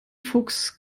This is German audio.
fuchs